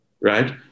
right